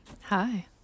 Hi